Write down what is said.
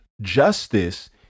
justice